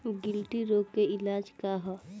गिल्टी रोग के इलाज का ह?